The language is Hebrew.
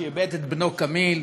שאיבד את בנו כאמיל,